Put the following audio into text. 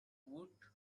woot